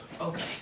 Okay